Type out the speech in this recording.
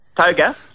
toga